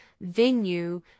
venue